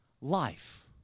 life